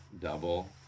double